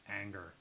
anger